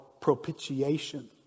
propitiation